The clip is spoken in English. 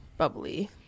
bubbly